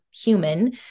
human